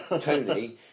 Tony